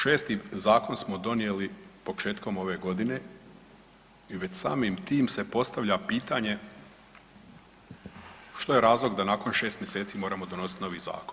Šesti zakon smo donijeli početkom ove godine i već samim tim se postavlja pitanje što je razlog da nakon 6 mjeseci moramo donositi novi zakon?